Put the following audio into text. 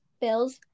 Bills